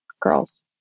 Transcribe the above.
girls